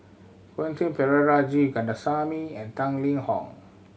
Quentin Pereira G Kandasamy and Tang Liang Hong